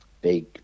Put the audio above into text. big